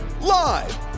Live